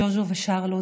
ז'וז'ו ושרלו,